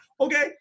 okay